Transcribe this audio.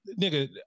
nigga